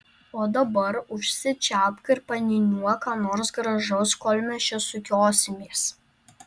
o dabar užsičiaupk ir paniūniuok ką nors gražaus kol mes čia sukiosimės